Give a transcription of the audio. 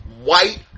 white